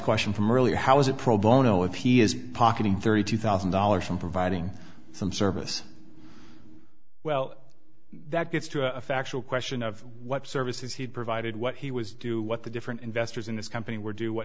question from earlier how is it pro bono if he is pocketing thirty two thousand dollars from providing some service well that gets to a factual question of what services he provided what he was due what the different investors in this company were do what